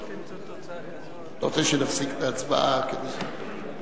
כהצעת הוועדה ועם ההסתייגות שנתקבלה,